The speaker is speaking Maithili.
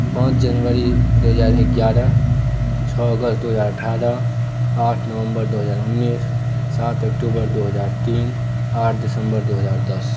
पाँच जनवरी दू हजार एगा शरह छओ अगस्त दू हजार अठारह आठ नवम्बर दू हजार उन्नैस सात अक्टुबर दू हजार तीन आठ दिसम्बर दू हजार दस